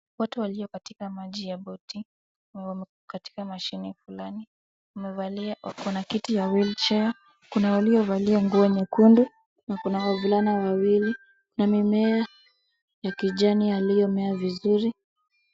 Watu walio katika maji ya Boti wamo Katika machini fulani wamevalia wakona kiti ya wheelchair , kuna waliovalia nguo nyekundu na kuna wavulana wawili na mimea ya kijani yaliyomea vizuri.